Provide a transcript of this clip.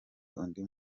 undi